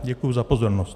Děkuji za pozornost.